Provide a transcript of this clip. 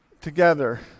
together